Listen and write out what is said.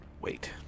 wait